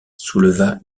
souleva